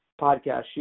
podcast